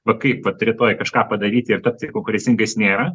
va kaip vat rytoj kažką padaryti ir tapti konkurencingais nėra